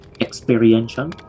Experiential